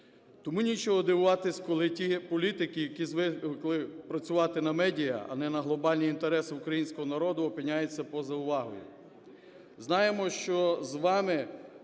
Тому нічого дивуватися, коли ті політики, які звикли працювати на медіа, а не на глобальні інтереси українського народу, опиняються поза увагою.